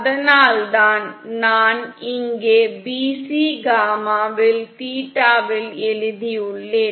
அதனால்தான் நான் இங்கே bc காமாவில் உள்ள தீட்டாவை எழுதியுள்ளேன்